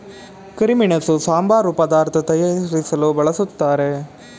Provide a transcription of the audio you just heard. ಕರಿಮೆಣಸು ಸಾಂಬಾರು ಪದಾರ್ಥ ತಯಾರಿಸಲು ಬಳ್ಸತ್ತರೆ